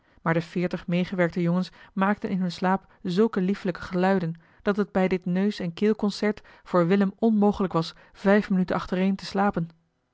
maar de veertig meegewerkte jongens maakten in hun slaap zulke liefelijke geluiden dat het bij dit neus en keelconcert voor willem onmogelijk was vijf minuten achtereen te slapen